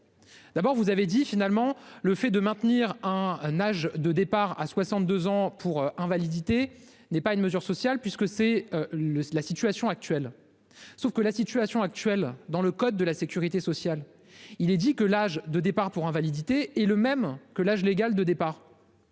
D'abord, vous avez dit finalement, le fait de maintenir un âge de départ à 62 ans pour invalidité n'est pas une mesure sociale puisque c'est le la situation actuelle. Sauf que la situation actuelle dans le code de la sécurité sociale, il est dit que l'âge de départ pour invalidité est le même que l'âge légal de départ.